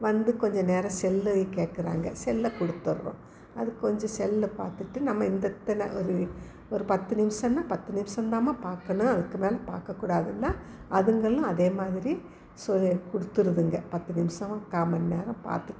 வந்து கொஞ்சம் நேரம் செல்லு கேட்குறாங்க செல்லை கொடுத்துட்றோம் அதுகொஞ்சம் செல்லை பார்த்துட்டு நம்ம இந்த இத்தனை ஒரு ஒரு பத்து நிமிஷம்னால் பத்து நிமிஷம் தான்மா பார்க்கணும் அதுக்கு மேலே பார்க்கக்கூடாதுன்னா அதுங்களுக்கு அதேமாதிரி சொ கொடுத்துருதுங்க பத்து நிமிஷம் கால் மணி நேரம் பார்த்துட்டு